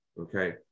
Okay